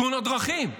תאונות דרכים,